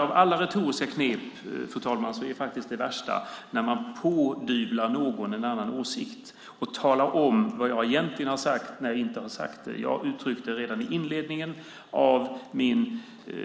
Av alla retoriska knep är det värsta att pådyvla någon en annan åsikt och tala om vad någon egentligen har sagt när han inte har sagt det. Jag uttryckte redan i inledningen av min